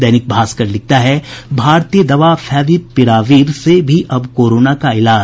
दैनिक भास्कर लिखता है भारतीय दवा फैविपिराविर से भी अब कोरोना का इलाज